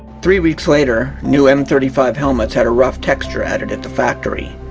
three weeks later new m three five helmets had a rough texture added at the factory.